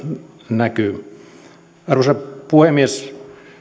näkyy arvoisa puhemies